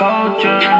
Culture